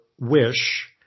wish